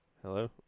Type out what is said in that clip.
Hello